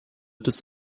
des